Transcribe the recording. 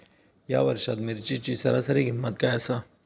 या वर्षात मिरचीची सरासरी किंमत काय आसा?